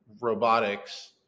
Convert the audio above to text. robotics